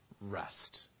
rest